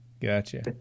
Gotcha